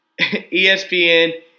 ESPN